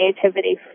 creativity